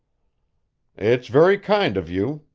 it's very kind of you,